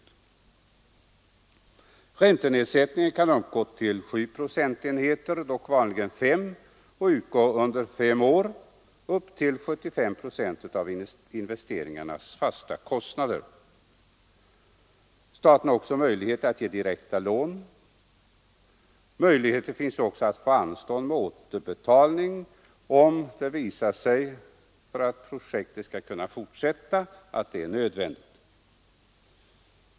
Räntenedsättningen kan uppgå till 7 procentenheter, dock vanligen 5, och utgå under fem år på upp till 75 procent av investeringens fasta kostnader. Staten har också möjlighet att ge direkta lån. Möjlighet finns även att få anstånd med återbetalning om det för projektets genomförande är nödvändigt.